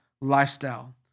lifestyle